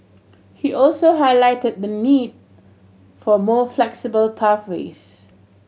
he also highlighted the need for more flexible pathways